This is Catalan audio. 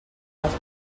els